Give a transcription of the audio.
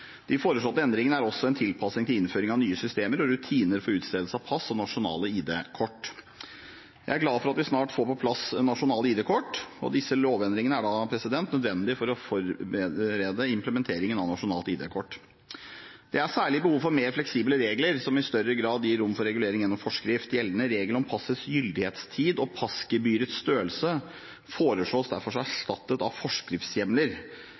De foreslåtte endringene er også en tilpasning til innføringen av nye systemer og rutiner for utstedelse av pass og nasjonalt ID-kort. Jeg er glad for at vi snart får på plass nasjonalt ID-kort, og disse lovendringene er nødvendige for å forberede implementeringen av nasjonalt ID-kort. Det er særlig behov for mer fleksible regler som i større grad gir rom for regulering gjennom forskrift. Gjeldende regler om passets gyldighetstid og passgebyrets størrelse foreslås derfor erstattet av forskriftshjemler,